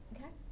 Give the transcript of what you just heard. Okay